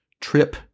trip